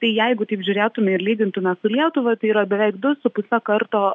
tai jeigu taip žiūrėtume ir lygintume su lietuva tai yra beveik du su puse karto